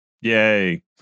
Yay